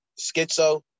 schizo